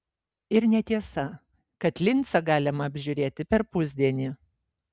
ir netiesa kad lincą galima apžiūrėti per pusdienį